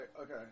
okay